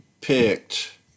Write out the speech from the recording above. picked